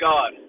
God